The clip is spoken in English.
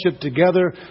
together